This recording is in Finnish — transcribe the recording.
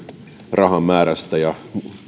rahan määrästä ja